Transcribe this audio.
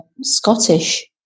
Scottish